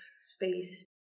space